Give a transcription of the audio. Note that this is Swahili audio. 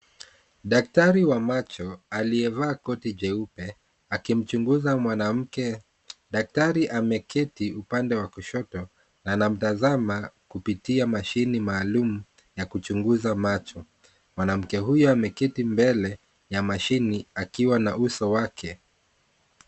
Daktari wa macho aliyevaa koti jeupe, akimchunguza mwanamke. Daktari ameketi upande wa kushoto na anamtazama kupitia mashini maalum ya kuchunguza macho Mwanamke huyu pia ameketi mbele ya mashini akiwa na uso wake.